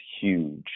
huge